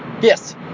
Yes